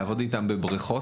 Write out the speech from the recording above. ולעבוד איתם בבריכות.